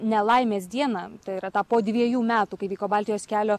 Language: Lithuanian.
nelaimės dieną tai yra tą po dviejų metų kai vyko baltijos kelio